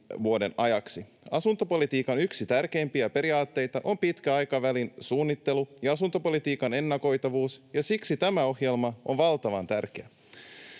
vuoden ajaksi. Asuntopolitiikan yksi tärkeimpiä periaatteita on pitkän aikavälin suunnittelu ja asuntopolitiikan ennakoitavuus, ja siksi tämä ohjelma on valtavan tärkeä.